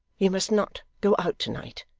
you must not go out to-night.